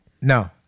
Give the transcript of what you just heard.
No